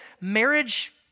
marriage